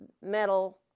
metal